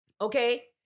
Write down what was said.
Okay